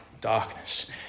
darkness